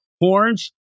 horns